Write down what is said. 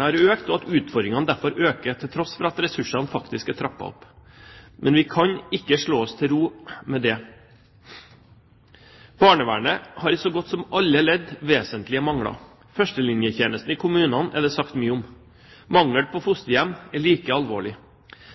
har økt, og at utfordringene derfor øker, til tross for at ressursene faktisk er trappet opp. Men vi kan ikke slå oss til ro med det. Barnevernet har i så godt som alle ledd vesentlige mangler. Førstelinjetjenesten i kommunene er det sagt mye om. Mangelen på fosterhjem er like alvorlig.